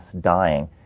dying